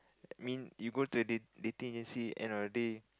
I mean you go to a date dating agency end of the day